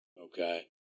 Okay